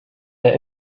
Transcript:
der